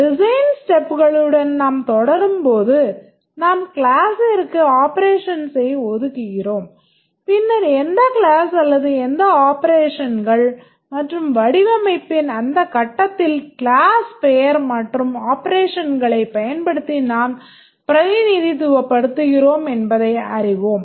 design stepsகளுடன் நாம் தொடரும்போது நாம் கிளாஸ்ஸிற்கு ஆப்பரேஷன்ஸை ஒதுக்குகிறோம் பின்னர் எந்த கிளாஸ் அல்லது எந்த ஆப்பரேஷன்ஸ் மற்றும் வடிவமைப்பின் அந்த கட்டத்தில் கிளாஸ் பெயர் மற்றும் ஆப்பரேஷன்ஸைப் பயன்படுத்தி நாம் பிரதிநிதித்துவப்படுத்துகிறோம் என்பதை அறிவோம்